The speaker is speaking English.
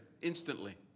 instantly